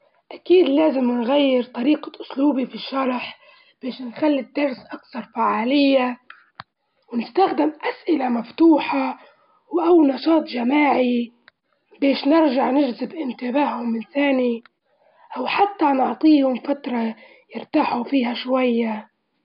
أكيد لازم نغير طريقة أسلوبي في الشرح، باش نخلي الدرس أكثر فعالية، ونستخدم أسئلة مفتوحة أو نشاط جماعي، باش نرجع نجذب انتباههم من ثاني أو حتى نعطيهم فترة يرتاحوا فيها شوية.